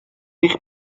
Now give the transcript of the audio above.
eich